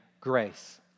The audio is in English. grace